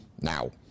Now